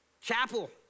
chapel